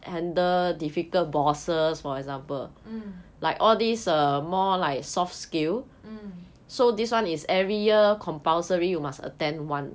mm mm